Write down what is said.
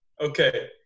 Okay